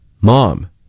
Mom